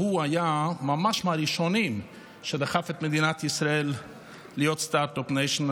שהוא היה ממש מהראשונים שדחפו את מדינת ישראל להיות סטרטאפ ניישן,